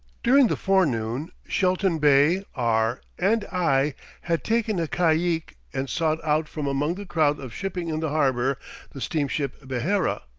during the forenoon, shelton bey, r, and i had taken a caique and sought out from among the crowd of shipping in the harbor the steamship behera,